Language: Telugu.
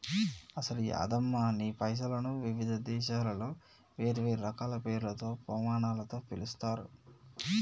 అసలు యాదమ్మ నీ పైసలను వివిధ దేశాలలో వేరువేరు రకాల పేర్లతో పమానాలతో పిలుస్తారు